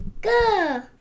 go